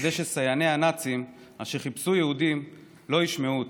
כדי שסייעני הנאצים אשר חיפשו יהודים לא ישמעו אותה.